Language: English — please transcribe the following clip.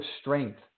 strength